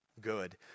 good